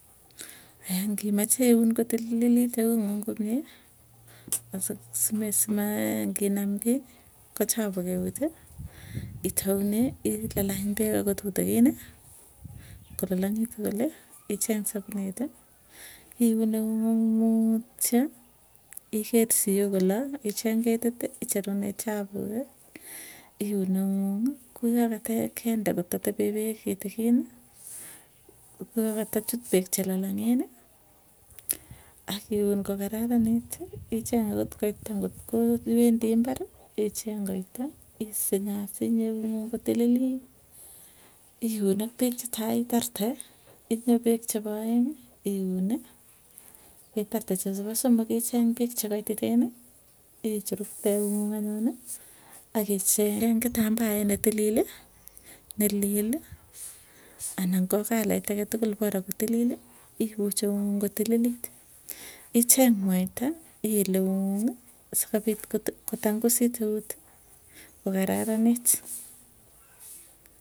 ngimache iun kotililit eung'ung komie, asi sima nginam kiiy kochapu keut, itaunee ilalany peek akot tutikini, kolalang'itu kole, icheng sapunit iun eunguung mutyo iger siok oloo icheng ketiti icherune chapuki, iun eunguung'ii kuya kate kende katatepe peek kitikinikuyoo katachut peek chelalang'eni, akiun kokararaniti icheng akot koita ngotko iwendi imbbari icheng. Koita isinuy asiny eu nguung kotililit, iun ak peek chetai itarte, inyoo peek chepo aeng iuni itarte chepo somok icheng peek chekaititeni ichurukte eung'uung anyun. Akicheng kitambaet netilil, neleli anan ko kalait agee tukul bora kotilili ipuch eunguung kotililit, icheng mwaita akiil eung'ung'ii sikopit kotangusit euti kokararanit.